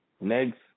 Next